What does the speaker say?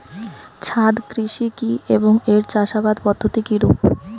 ছাদ কৃষি কী এবং এর চাষাবাদ পদ্ধতি কিরূপ?